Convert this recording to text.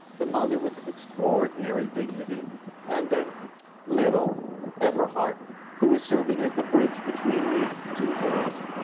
the mother with this extraordinary dignity and then little everhart who is serving as the bridge between these two worlds.